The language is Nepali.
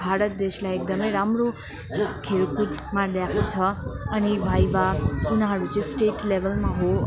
भारत देशलाई एकदमै राम्रो खेलकुदमा ल्याएको छ अनि भाइभा उनीहरू चाहिँ स्टेट लेबलमा हो